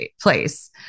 place